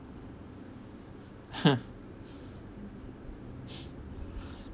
ha